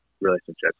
relationships